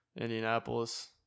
Indianapolis